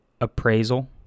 appraisal